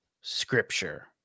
scripture